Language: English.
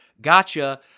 gotcha